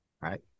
right